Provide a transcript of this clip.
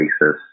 basis